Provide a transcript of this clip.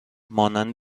مانند